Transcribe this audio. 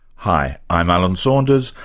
hi, i'm alan saunders,